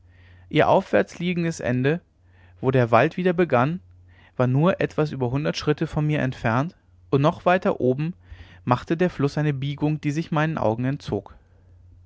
ihr aufwärts liegendes ende wo der wald wieder begann war nur etwas über hundert schritte von mir entfernt und noch weiter oben machte der fluß eine biegung die ihn meinem auge entzog